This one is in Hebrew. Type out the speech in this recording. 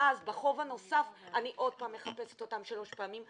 ואז בחוב הנוסף אני עוד פעם מחפשת אותם שלוש פעמים.